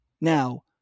Now